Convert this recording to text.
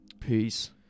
Peace